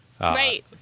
Right